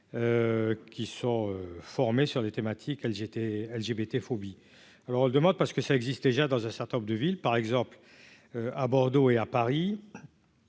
qui sont formés sur des thématiques, elles étaient LGBT phobies alors elle demande parce que ça existe déjà dans un certain nombre de villes par exemple à Bordeaux et à Paris.